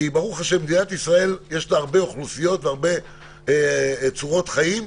כי ברוך השם מדינת ישראל יש לה הרבה אוכלוסיות והרבה צורות חיים,